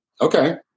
Okay